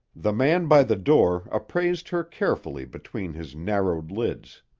the man by the door appraised her carefully between his narrowed lids.